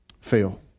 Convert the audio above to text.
fail